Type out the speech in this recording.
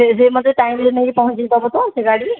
ସେ ଯେ ମୋତେ ଟାଇମ୍ ରେ ନେଇକି ପହଞ୍ଚେଇଦେବ ତ ସେହି ଗାଡ଼ି